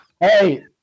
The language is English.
Hey